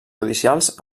judicials